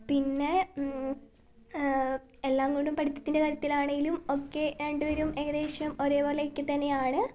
പിന്നെ എല്ലാംകൊണ്ടും പഠിത്തത്തിൻ്റെ കാര്യത്തിലാണേലും ഒക്കെ രണ്ട് പേരും ഏകദേശം ഒരേപോലെയൊക്കെ തന്നെയാണ്